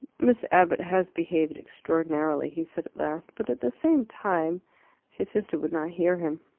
miss abbott has behaved extraordinarily, he said at last but at the same time his sister would not hear him.